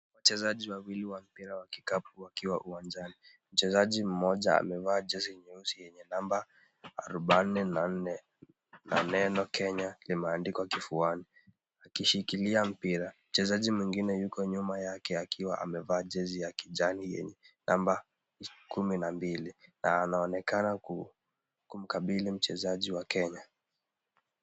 Wachezaji wawili wa mpira wa kikapu wakiwa uwanjani. Mchezaji mmoja amevaa jezi nyeusi yenye namba arubaini na nne na neno Kenya limeandikwa kifuani akishikilia mpira. Mchezaji mwingine yuko nyuma yake akiwa amevaa jezi ya kijani yenye namba kumi na mbili na anaonekana kumkabidhi mchezaji wa Kenya.